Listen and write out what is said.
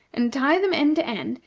and tie them end to end,